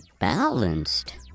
balanced